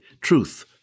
truth